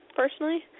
personally